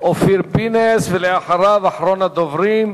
אופיר פינס, ואחריו, אחרון הדוברים,